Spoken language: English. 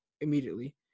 immediately